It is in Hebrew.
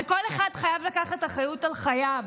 אבל כל אחד חייב לקחת אחריות על חייו,